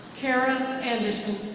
kara anderson.